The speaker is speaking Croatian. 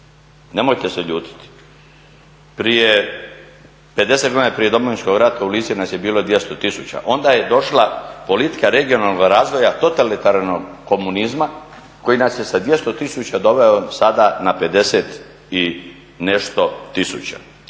Nemojte se ljutiti. Prije 50 godina i prije Domovinskog rata u Lici nas je bilo 200 tisuća, onda je došla politika regionalnog razvoja totalitarnog komunizma koji nas je sa 200 tisuća doveo sada na 50 i nešto tisuća.